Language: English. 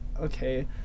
okay